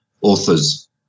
authors